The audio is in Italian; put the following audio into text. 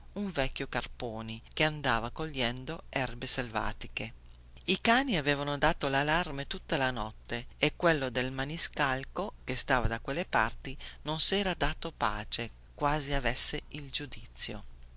un vecchio carponi che andava cogliendo erbe selvatiche i cani avevano dato lallarme tutta la notte e quello del maniscalco che stava da quelle parti non sera dato pace quasi avesse il giudizio